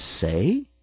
say